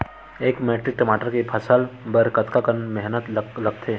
एक मैट्रिक टमाटर के फसल बर कतका मेहनती लगथे?